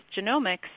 genomics